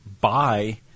buy